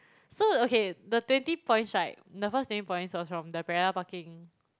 so okay the twenty points right the first twenty points was from the parallel parking